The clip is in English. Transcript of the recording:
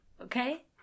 Okay